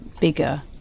bigger